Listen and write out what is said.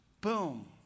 boom